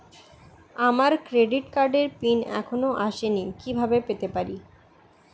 আমার ক্রেডিট কার্ডের পিন এখনো আসেনি কিভাবে পেতে পারি?